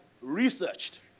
researched